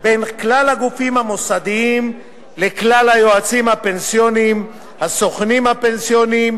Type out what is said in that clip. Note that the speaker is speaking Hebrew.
בין כלל הגופים המוסדיים לכלל היועצים הפנסיוניים והסוכנים הפנסיוניים,